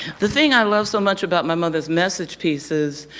the thing i love so much about my mother's message pieces,